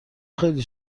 خیلی